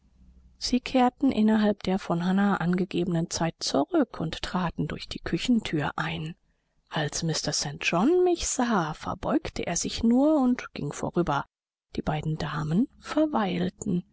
sie kehrten innerhalb der von hannah angegebenen zeit zurück und traten durch die küchenthür ein als mr st john mich sah verbeugte er sich nur und ging vorüber die beiden damen verweilten